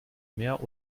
mehr